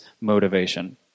motivation